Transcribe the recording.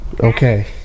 Okay